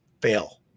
fail